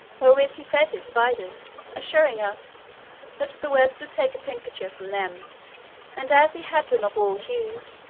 wherewith he fed his spiders, assuring us that the webs would take a tincture from them and as he had them of all hues,